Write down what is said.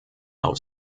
auf